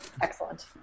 excellent